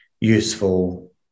useful